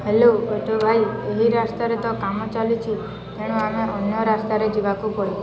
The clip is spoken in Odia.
ହ୍ୟାଲୋ ଅଟୋ ଭାଇ ଏହି ରାସ୍ତାରେ ତ କାମ ଚାଲିଛି ତେଣୁ ଆମେ ଅନ୍ୟ ରାସ୍ତାରେ ଯିବାକୁ ପଡ଼ିବ